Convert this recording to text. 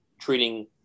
treating